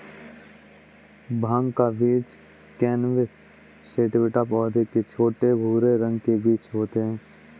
भाँग का बीज कैनबिस सैटिवा पौधे के छोटे, भूरे रंग के बीज होते है